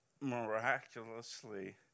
miraculously